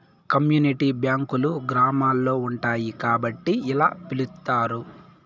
community బ్యాంకులు గ్రామాల్లో ఉంటాయి కాబట్టి ఇలా పిలుత్తారు